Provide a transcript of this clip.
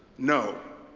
no.